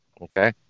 okay